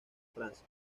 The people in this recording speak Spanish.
francia